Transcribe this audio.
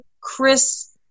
Chris